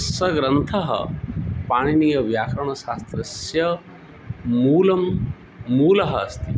सः ग्रन्थः पाणिनीयः व्याकरणशास्त्रस्य मूलं मूलम् अस्ति